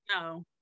No